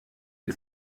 had